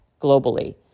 globally